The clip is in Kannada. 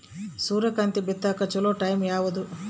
ಸೂರ್ಯಕಾಂತಿ ಬಿತ್ತಕ ಚೋಲೊ ಟೈಂ ಯಾವುದು?